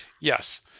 Yes